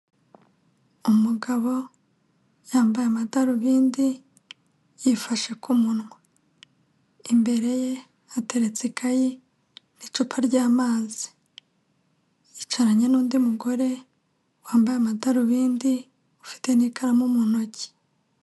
Umugabo yambaye amadarubindi yifashe ku munwa, imbere ye hateretse ikayi n'icupa ryamazi, yicaranye n'undi mugore wambaye amadarubindi ufite n'ikaramu mu ntoki.